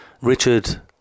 Richard